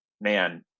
man